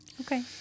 Okay